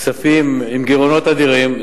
כספים עם גירעונות אדירים,